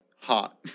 hot